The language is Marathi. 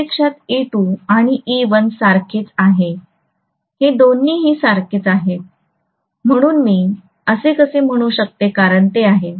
प्रत्यक्षात E2 आणी E1 सारखेच आहे हे दोन्हीही सारखेच आहेत म्हणून मी असे कसे म्हणू शकते कारण ते आहे